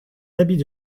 habits